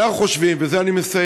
אנחנו חושבים, ובזה אני מסיים,